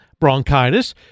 bronchitis